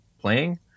playing